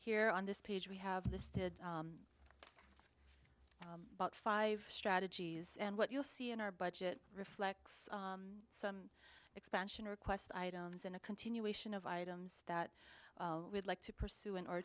here on this page we have this did about five strategies and what you'll see in our budget reflects some expansion or quest items in a continuation of items that we'd like to pursue in order